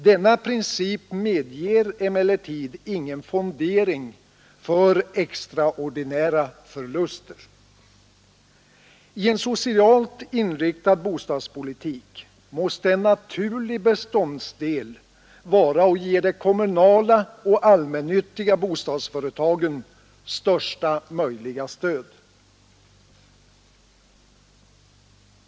Denna princip medger emellertid ingen fondering för extraordinära förluster. I en socialt inriktad bostadspolitik måste en naturlig beståndsdel vara att ge de kommunala och allmännyttiga bostadsföretagen största möjliga stöd.